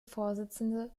vorsitzende